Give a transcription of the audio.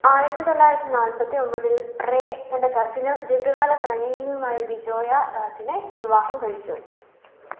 ആയിരത്തി തൊള്ളായിരത്തി നാല്പത്തിയൊമ്പതിൽ റേ തന്റെ കസിനും ദീർഘകാല പ്രണയിനിയുമായ ബിജോയ ദാസിനെ വിവാഹം കഴിച്ചു